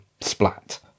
splat